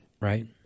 Right